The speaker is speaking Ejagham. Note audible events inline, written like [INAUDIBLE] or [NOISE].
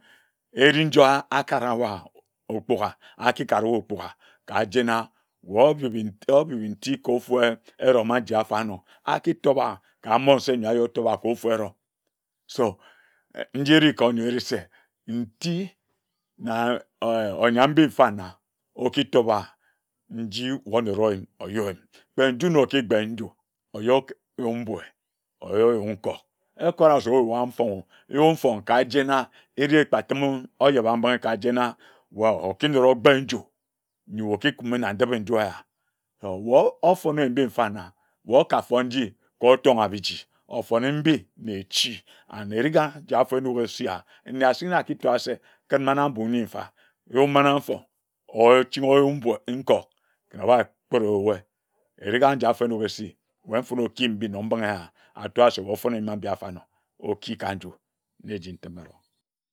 Eri njia akara wa okpuga akikoriwa okpuga kajena wae obibi obi bi nti ka ofu erom aji afarnor akitopa ka mmon nse nyor awu se etopa ka ofu erom so nji ere kor onyoer ere se nti na [HESITATION] onyam mbi mgfana okitopa nji-wae onoro oyim oyor yim kpe nju nor okigbe nju oyuk yun mbuea oyuk yun nkok ekora se owa mfong yor mfong kajen ere ekpatime ijebambinghe kajen wae okinora okgbe nju nyi wae okikumi na ndipe-nju eya owor ofone mbi mfana wae oka fon nji ka otonga biji ofone mbi na echi and eriga jia afor enoge esia nne asik na akitaa se kin mana mbu nyi mfa yuk mana afor ochin ayuk mbor nkor kene oba kpiri wae eriga nji afor enonge esi wae mfone ekiyim mbim na mbinghe eya atoa se wae ofone ma mbi afarnor oki ka nju na eji ntime